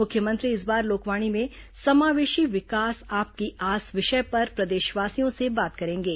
मुख्यमंत्री इस बार लोकवाणी में समावेशी विकास आपकी आस विषय पर प्रदेशवासियों से बात करेंगे